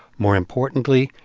more importantly,